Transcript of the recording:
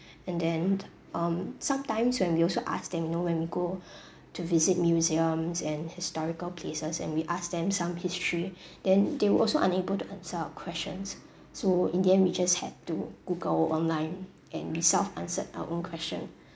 and then um sometimes when we also asked them you know when we go to visit museums and historical places and we asked them some history then they were also unable to answer our questions so in the end we just had to google online and we self answered our own question